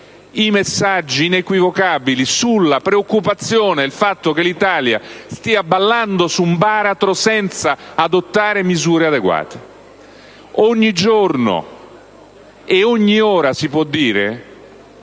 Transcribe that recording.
messaggi inequivocabili sulla preoccupazione relativa al fatto che l'Italia stia ballando su un baratro senza adottare misure adeguate. Ogni giorno e ogni ora, si può dire,